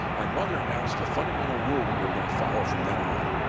my mother announced the fundamental rule we were going to follow from then on,